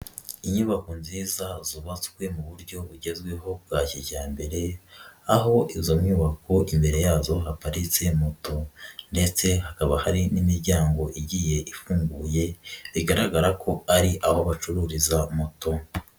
Inyubako nziza zubabakwe mu buryo bugezweho bwa kijyambere, aho izo nyubako imbere yazo haparitse moto ndetse hakaba hari n'imiryango igiye ifunguye bigaragara ko ari aho bacururiza moto.